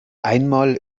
einmal